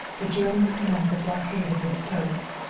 the germans commence a blockade of this coast.